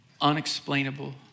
unexplainable